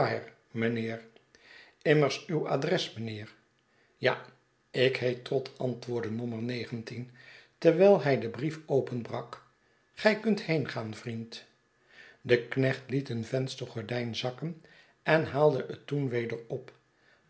mijnheer immers uw adres mijnheer ja ik heet trott antwoordde nommer negentien terwijl hij den brief openbrak gij kunt heengaan vriend de knecht liet een venstergordijn zakken en haalde het toen weder op